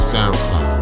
SoundCloud